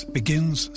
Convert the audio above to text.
begins